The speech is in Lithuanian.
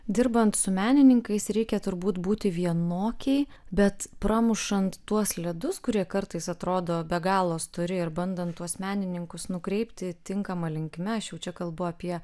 dirbant su menininkais reikia turbūt būti vienokiai bet pramušant tuos ledus kurie kartais atrodo be galo stori ir bandant tuos menininkus nukreipti tinkama linkme aš jau čia kalbu apie